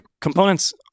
components